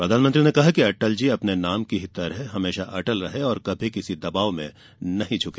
प्रधानमंत्री ने कहा कि अटल जी अपने नाम की ही तरह हमेशा अटल रहे और कभी किसी दबाव में नहीं झके